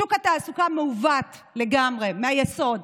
שוק התעסוקה מעוות לגמרי, מהיסוד,